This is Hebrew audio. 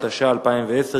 התש"ע 2010,